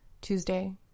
Tuesday